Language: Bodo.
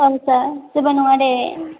औ सार जेबो नङा दे